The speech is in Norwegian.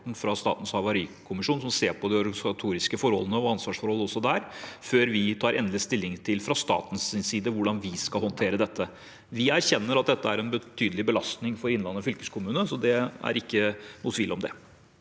fra Statens havarikommisjon, som ser på de organisatoriske forholdene og ansvarsforhold også der, før vi fra statens side tar endelig stilling til hvordan vi skal håndtere dette. Vi erkjenner at dette er en betydelig belastning for Innlandet fylkeskommune, det er ikke noen tvil om det.